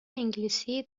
انگلیسی